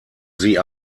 sie